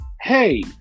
hey